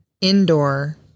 indoor